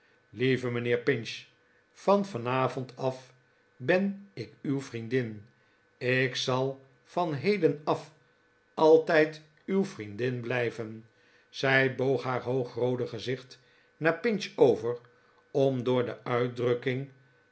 lieve mijnheer pinch van vanavond af ben ik uw vriendin ik zal van heden af altijd uw vriendin blijven zij boog haar hoogroode gezicht naar pinch over om door de